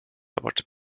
about